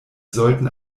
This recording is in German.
sollten